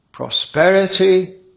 Prosperity